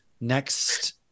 next